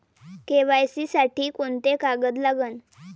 KYC साठी कोंते कागद लागन?